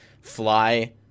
fly